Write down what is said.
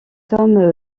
homme